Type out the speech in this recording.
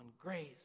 grace